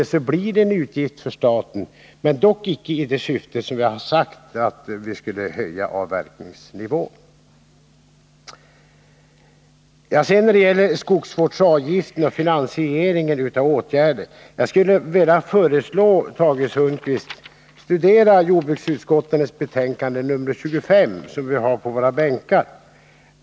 Det blir således en utgift för staten, men inte i det syfte som vi uttalat, att höja avverkningsnivån. Beträffande skogsvårdsavgiften och finansieringen av åtgärderna skulle jag vilja föreslå Tage Sundkvist att studera jordbruksutskottets betänkande 25, som vi har på våra bänkar.